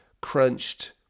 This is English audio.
crunched